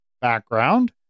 background